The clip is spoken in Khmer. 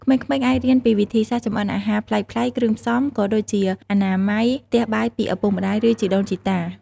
ក្មេងៗអាចរៀនពីវិធីសាស្រ្តចម្អិនអាហារប្លែកៗ គ្រឿងផ្សំ ក៏ដូចជាអនាម័យផ្ទះបាយពីឪពុកម្ដាយ ឬជីដូនជីតា ។